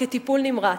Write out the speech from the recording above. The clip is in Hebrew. כטיפול נמרץ.